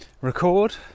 record